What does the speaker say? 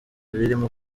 barimo